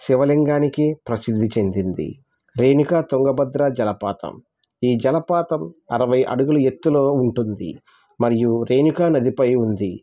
శివలింగానికి ప్రసిద్ధి చెందింది రేణుక తుంగభద్రా జలపాతం ఈ జలపాతం అరవై అడుగులు ఎత్తులో ఉంటుంది మరియు రేణుక నదిపై ఉంది